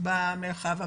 במרחב הפתוח.